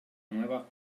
nueva